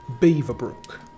Beaverbrook